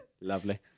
Lovely